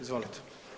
Izvolite.